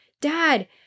Dad